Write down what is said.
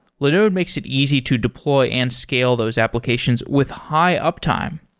linode makes it easy to deploy and scale those applications with high uptime.